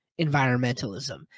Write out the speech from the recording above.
environmentalism